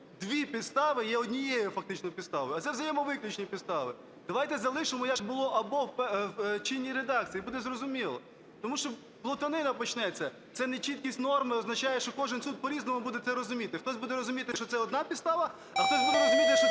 дві підстави є однією фактично підставою, а це взаємовиключні підстави. Давайте залишимо, як було "або" в чинній редакції, і буде зрозуміло. Тому що плутанина почнеться. Це нечіткість норм і означає, що кожен суд по-різному буде це розуміти, хтось буде розуміти, що це одна підстава, а хтось буде розуміти, що це